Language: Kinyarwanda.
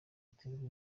baterwa